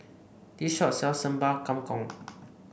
this shop sells Sambal Kangkong